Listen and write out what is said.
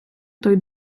той